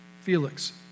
Felix